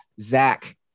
Zach